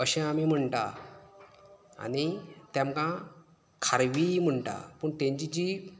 अशें आमी म्हणटात आनी तेमकां खारवीय म्हणटात पूण तेंची जी